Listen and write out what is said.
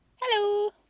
Hello